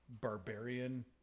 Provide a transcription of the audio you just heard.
barbarian